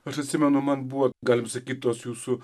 aš atsimenu man buvo galim sakyt tuos jūsų